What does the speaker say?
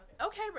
Okay